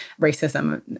racism